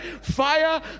Fire